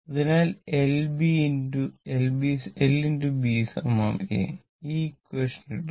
അതിനാൽ LBA ഈ equation ഇടുക